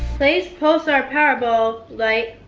place pulsar powerball, like,